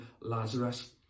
Lazarus